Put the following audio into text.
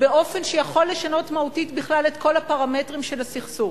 באופן שיכול לשנות מהותית בכלל את כל הפרמטרים של הסכסוך,